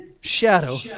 shadow